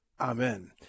Amen